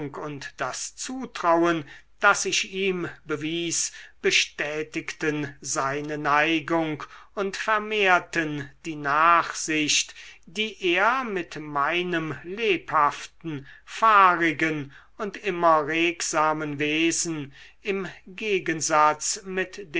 und das zutrauen das ich ihm bewies bestätigten seine neigung und vermehrten die nachsicht die er mit meinem lebhaften fahrigen und immer regsamen wesen im gegensatz mit